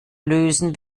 lösen